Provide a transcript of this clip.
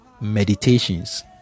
meditations